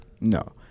no